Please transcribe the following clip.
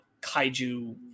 kaiju